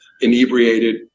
inebriated